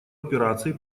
операций